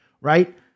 right